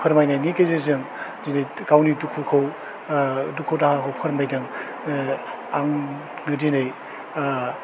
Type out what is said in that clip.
फोरमायनायनि गेजेरजों दिनै गावनि दुखुखौ ओह दुखु दाहाखौ फोरमायदों ओह आं दिनै ओह